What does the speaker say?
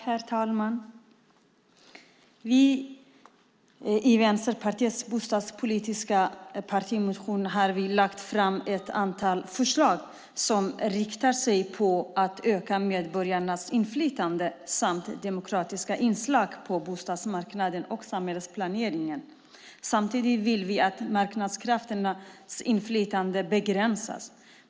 Herr talman! I Vänsterpartiets bostadspolitiska partimotion har vi lagt fram ett antal förslag som inriktar sig på att öka medborgarnas inflytande samt på demokratiska inslag på bostadsmarknaden och samhällsplaneringen. Samtidigt vill vi att marknadskrafternas inflytande begränsas.